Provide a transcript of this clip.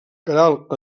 queralt